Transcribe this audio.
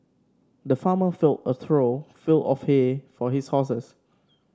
the farmer filled a trough full of hay for his horses